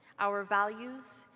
our values,